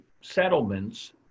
settlements